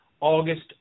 August